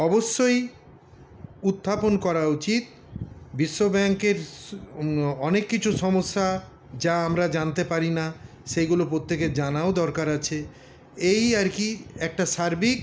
অবশ্যই উত্থাপন করা উচিৎ বিশ্ব ব্যাঙ্কের অনেক কিছু সমস্যা যা আমরা জানতে পারি না সেগুলো প্রত্যেকের জানাও দরকার আছে এই আরকি একটা সার্বিক